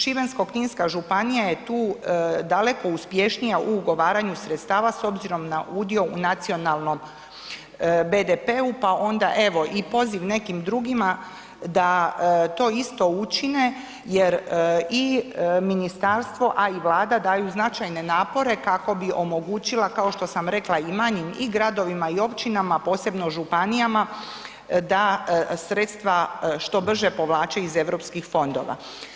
Šibensko-kninska županija je tu daleko uspješnija u ugovaranju sredstava s obzirom na udio u nacionalnom BDP-u, pa onda evo i poziv nekim drugima da to isto učine jer i ministarstvo, a i Vlada daju značajne napore kako bi omogućila, kao sam rekla i manjim i gradovima i općinama, posebno županijama da sredstva što brže povlače iz Europskih fondova.